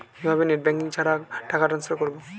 কিভাবে net banking ছাড়া টাকা টান্সফার করব?